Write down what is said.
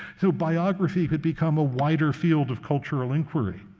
so biography had become a wider field of cultural inquiry.